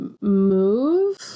move